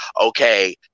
okay